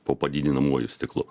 po padidinamuoju stiklu